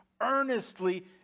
earnestly